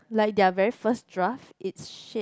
like their very first draft it's shit